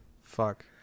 Fuck